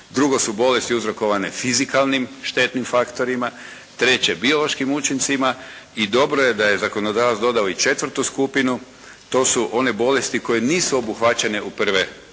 Drugo su bolesti uzrokovane fizikalnim štetnim faktorima. Treće biološkim učincima. I dobro je da je zakonodavac dodao i četvrtu skupinu. To su one bolesti koje nisu obuhvaćene u prve tri